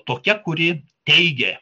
tokia kuri teigė